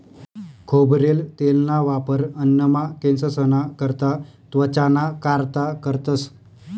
खोबरेल तेलना वापर अन्नमा, केंससना करता, त्वचाना कारता करतंस